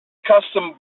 custom